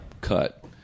cut